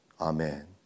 Amen